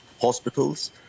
hospitals